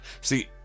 See